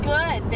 Good